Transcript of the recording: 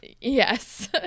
yes